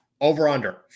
Over-under